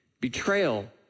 betrayal